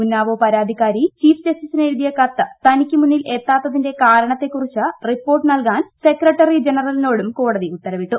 ഉന്നാവോ പരാതിക്കാരി ചീഫ്ജസ്റ്റിസിന് എഴുതിയ കത്ത് തനിക്ക് മുന്നിൽ എത്താത്തിന്റെ കാരണത്തെക്കൂറിച്ച് റിപ്പോർട്ട് നൽകാൻ സെക്രട്ടറി ജനറലിനോടും കോടത്വ ഉത്തൂർവിട്ടു